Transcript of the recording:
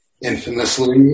Infamously